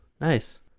nice